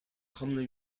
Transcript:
commonly